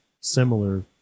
similar